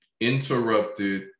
interrupted